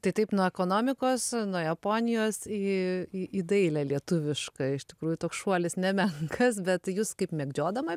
tai taip nuo ekonomikos nuo japonijos į į į dailę lietuvišką iš tikrųjų toks šuolis nemenkas bet jūs kaip mėgdžiodama